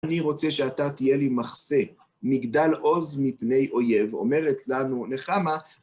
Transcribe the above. אני רוצה שאתה תהיה לי מחסה. מגדל עוז מפני אויב אומרת לנו, נחמה.